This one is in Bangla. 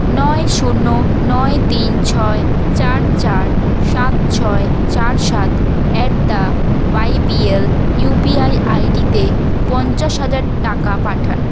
নয় শূন্য নয় তিন ছয় চার চার সাত ছয় চার সাত অ্যাট দ্য ওয়াইবিএল ইউপিআই আইডিতে পঞ্চাশ হাজার টাকা পাঠান